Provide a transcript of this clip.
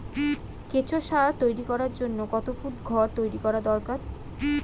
কেঁচো সার তৈরি করার জন্য কত ফুট ঘর তৈরি করা দরকার?